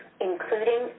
including